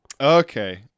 Okay